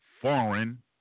foreign